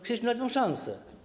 Chcieliśmy dać wam szansę.